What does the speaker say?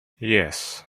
yes